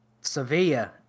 Sevilla